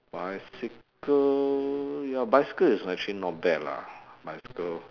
bicycle ya bicycle is actually not bad lah bicycle